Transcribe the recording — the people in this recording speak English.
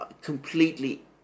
completely